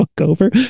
over